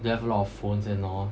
don't have a lot of phones and all